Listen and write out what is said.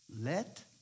Let